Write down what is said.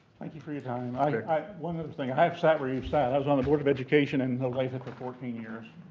thank you for your time. and i like i one other um thing. i have sat where you've sat. i was on the board of education in olathe for fourteen years.